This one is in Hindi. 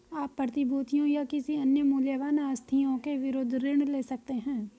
आप प्रतिभूतियों या किसी अन्य मूल्यवान आस्तियों के विरुद्ध ऋण ले सकते हैं